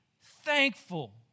thankful